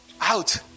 out